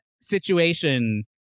situation